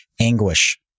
anguish